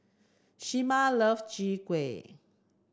Shamar love Chai Kueh